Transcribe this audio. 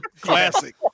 classic